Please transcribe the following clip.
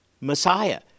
Messiah